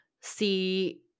see